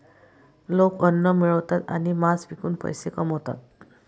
लोक अन्न मिळवतात आणि मांस विकून पैसे कमवतात